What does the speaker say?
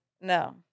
No